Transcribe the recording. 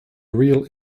real